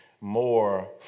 more